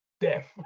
death